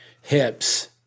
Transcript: hips